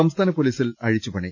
സംസ്ഥാന പൊലീസിൽ അഴിച്ചുപണി